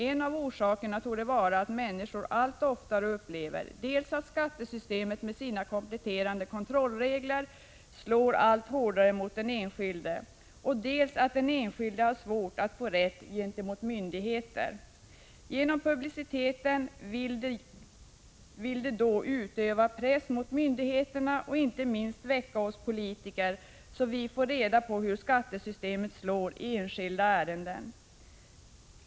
En av orsakerna torde vara att människor allt oftare upplever dels att skattesystemet med sina kompletterande kontrollregler slår allt hårdare mot den enskilde, dels att den enskilde har svårt att få rätt gentemot myndigheter. Genom publiciteten vill de då utöva press mot myndigheterna och icke minst väcka oss politiker, så att vi får reda på hur skattesystemet slår i enskilda ärenden.